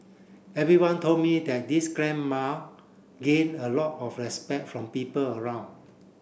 everyone told me that this grandma gain a lot of respect from people around